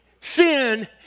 sin